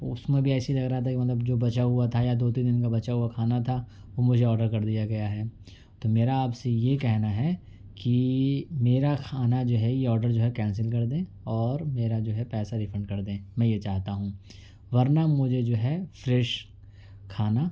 اس میں بھی ایسی لگ رہا تھا مطلب جو بچا ہوا تھا یا دو تین دن کا بچا ہوا کھانا تھا وہ مجھے آڈر کر دیا گیا ہے تو میرا آپ سے یہ کہنا ہے کہ میرا کھانا جو ہے یہ آڈر جو ہے کینسل کردیں اور میرا جو ہے پیسہ ریفنڈ کردیں میں یہ چاہتا ہوں ورنہ مجھے جو ہے فریش کھانا